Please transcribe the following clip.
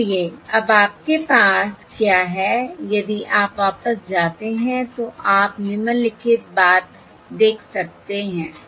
इसलिए अब आपके पास क्या है यदि आप वापस जाते हैं तो आप निम्नलिखित बात देख सकते हैं